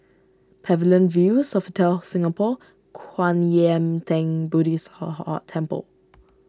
Pavilion View Sofitel Singapore Kwan Yam theng Buddhist hall Temple